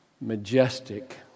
majestic